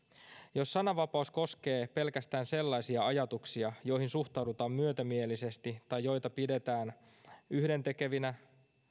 jos sananvapaus koskee pelkästään sellaisia ajatuksia joihin suhtaudutaan myötämielisesti tai joita pidetään yhdentekevinä